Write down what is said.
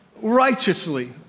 Righteously